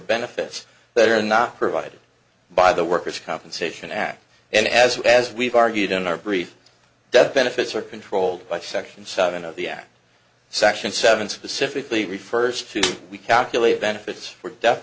benefits that are not provided by the worker's compensation act and as as we've argued in our brief that benefits are controlled by section seven of the act section seven specifically refers to we calculate benefits for death